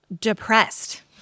depressed